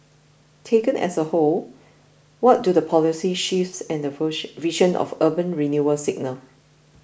taken as a whole what do the policy shifts and the vision of urban renewal signal